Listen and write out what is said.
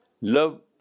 love